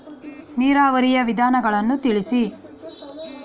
ನೀರಾವರಿಯ ವಿಧಾನಗಳನ್ನು ತಿಳಿಸಿ?